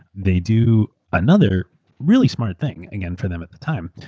they do another really smart thing, again for them at the time.